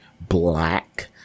black